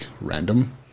random